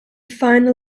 final